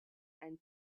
and